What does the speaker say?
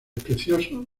preciosos